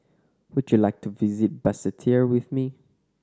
would you like to visit Basseterre with me